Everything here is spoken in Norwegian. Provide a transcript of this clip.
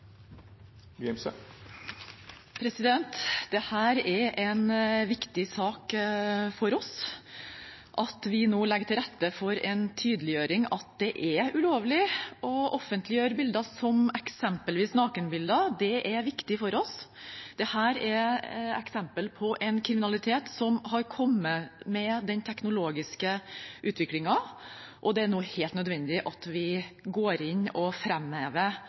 Det er en viktig sak for oss at vi nå legger til rette for en tydeliggjøring av at det er ulovlig å offentliggjøre bilder, som f.eks. nakenbilder. Det er viktig for oss. Dette er et eksempel på en kriminalitet som har kommet med den teknologiske utviklingen, og det er nå helt nødvendig at vi går inn og